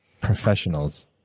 professionals